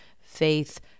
faith